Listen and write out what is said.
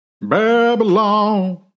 babylon